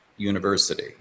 university